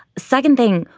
second thing,